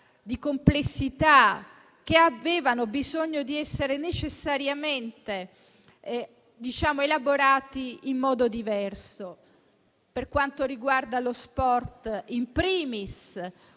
di complessità che avevano bisogno di essere necessariamente elaborati in modo diverso. Per quanto riguarda lo sport *in primis*,